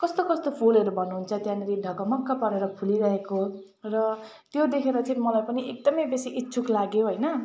कस्तो कस्तो फुलहरू भन्नुहुन्छ त्यहाँनेर ढकमक्क परेर फुलिरहेको र त्यो देखेर चाहिँ मलाई पनि एकदमै बेसी इच्छुक लाग्यो हैन